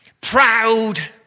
proud